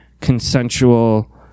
consensual